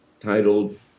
Titled